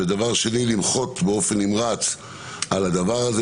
ודבר שני אני מוחה באופן נמרץ על הדבר הזה,